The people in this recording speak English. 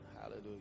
hallelujah